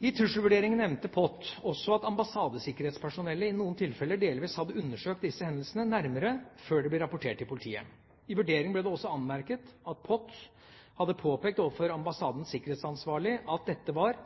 I trusselvurderingen nevnte POT også at ambassadesikkerhetspersonellet i noen tilfeller delvis hadde undersøkt disse hendelsene nærmere før de ble rapportert til politiet. I vurderingen ble det også anmerket at POT hadde påpekt overfor ambassadens sikkerhetsansvarlige at dette var